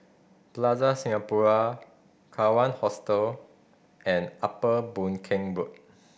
Plaza Singapura Kawan Hostel and Upper Boon Keng Road